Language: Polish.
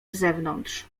zewnątrz